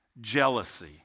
jealousy